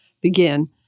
begin